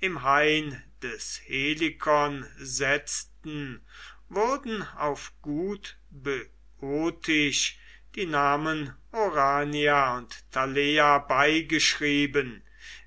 im hain des helikon setzten wurden auf gut böotisch die namen orania und thalea beigeschrieben